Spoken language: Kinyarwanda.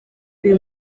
uyu